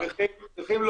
חברים,